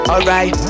Alright